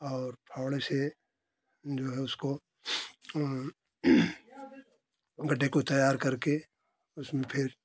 और फावड़े से जो है उसको गड्ढे को तैयार करके उसमें फिर